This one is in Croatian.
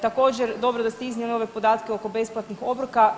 Također dobro da ste iznijeli ove podatke oko besplatnih obroka.